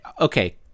okay